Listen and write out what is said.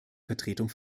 vertretung